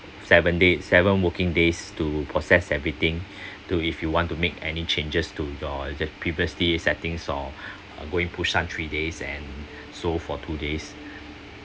seven days seven working days to process everything to if you want to make any changes to your the previously settings or uh going busan three days and seoul for two days